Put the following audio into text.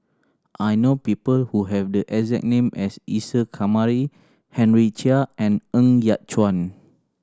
I know people who have the exact name as Isa Kamari Henry Chia and Ng Yat Chuan